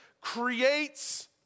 creates